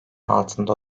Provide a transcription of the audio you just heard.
altında